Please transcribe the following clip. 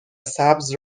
سبز